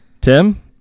Tim